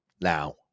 now